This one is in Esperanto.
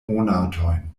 monatojn